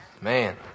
Man